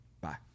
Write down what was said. Bye